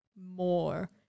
more